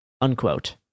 Unquote